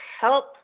help